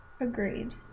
Agreed